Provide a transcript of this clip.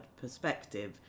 perspective